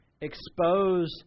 Expose